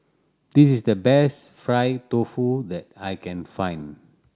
this is the best fried tofu that I can find